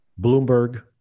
Bloomberg